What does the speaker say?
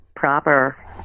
proper